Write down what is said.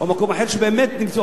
או במקום אחר שבאמת נבצר,